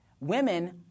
women